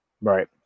Right